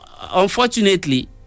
unfortunately